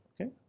Okay